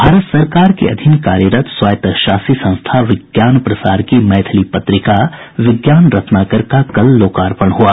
भारत सरकार के अधीन कार्यरत स्वायत्तशासी संस्था विज्ञान प्रसार की मैथिली पत्रिका विज्ञान रत्नाकर का कल लोकार्पण हुआ